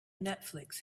netflix